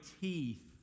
teeth